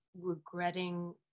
regretting